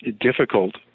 difficult